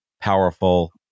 powerful